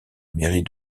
mairie